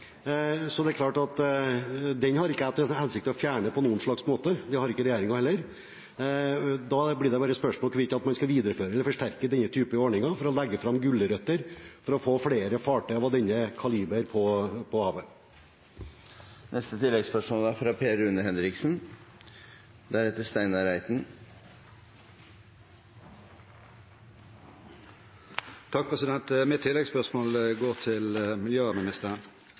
Den har jeg ikke til hensikt å fjerne på noen måte, det har ikke regjeringen heller. Da blir det bare et spørsmål om hvorvidt man skal videreføre eller forsterke denne typen ordninger ved å legge fram gulrøtter for å få flere fartøy av denne kaliber på havet. Per Rune Henriksen – til oppfølgingsspørsmål. Mitt oppfølgingsspørsmål går til miljøministeren,